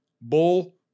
Bull